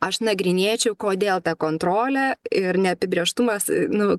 aš nagrinėčiau kodėl ta kontrolė ir neapibrėžtumas nu